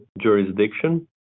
jurisdiction